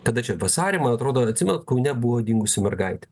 kada čia vasarį man atrodo atsimenat kaune buvo dingusi mergaitė